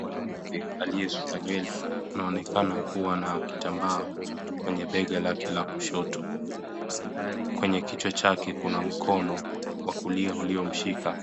Mwanamke aliyesuka nywele, anaonekana kuwa na kitambaa kwenye bega lake la kushoto. Kwenye kichwa chake kuna mkono wa kulia uliomshika,